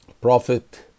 Prophet